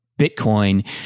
Bitcoin